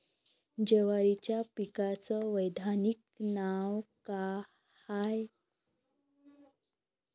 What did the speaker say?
जवारीच्या पिकाचं वैधानिक नाव का हाये?